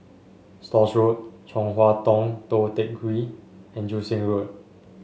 Stores Road Chong Hua Tong Tou Teck Hwee and Joo Seng Road